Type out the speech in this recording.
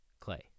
Clay